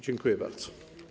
Dziękuję bardzo.